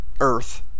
Earth